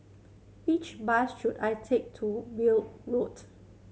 which bus should I take to Weld Road